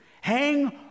hang